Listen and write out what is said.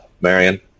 Marion